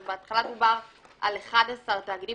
בהתחלה דובר על 11 תאגידים.